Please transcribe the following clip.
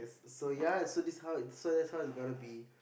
so ya so this is how it so that's how it gonna be